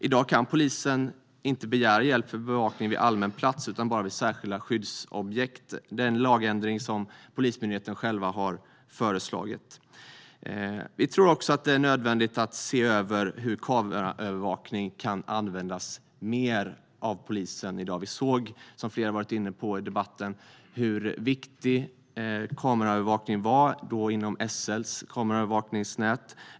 I dag kan polisen inte begära hjälp för bevakning vid allmän plats utan bara vid särskilda skyddsobjekt. Det är en lagändring som Polismyndigheten själv har föreslagit. Vi tror också att det är nödvändigt att se över hur kameraövervakning kan användas mer av polisen. Vi såg, som flera har varit inne på i debatten, hur viktig kameraövervakningen var inom SL:s kameraövervakningsnät.